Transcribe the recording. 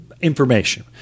information